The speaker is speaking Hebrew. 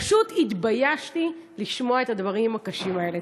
פשוט התביישתי לשמוע את הדברים הקשים האלה.